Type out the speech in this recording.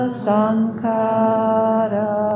sankara